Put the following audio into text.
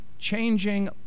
changing